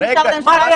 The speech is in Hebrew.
סליחה,